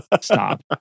Stop